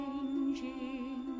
changing